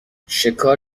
شکار